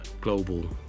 global